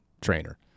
trainer